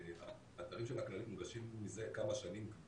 האתרים של הכללית מונגשים מזה כמה שנים,